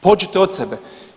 Pođite od sebe.